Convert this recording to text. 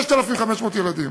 6,500 ילדים.